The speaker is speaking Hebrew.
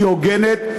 היא הוגנת,